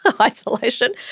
Isolation